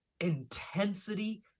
intensity